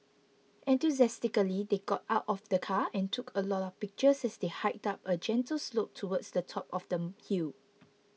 enthusiastically they got out of the car and took a lot of pictures as they hiked up a gentle slope towards the top of the hill